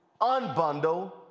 unbundle